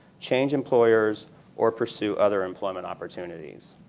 change employers or pursue other employment opportunities.